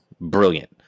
Brilliant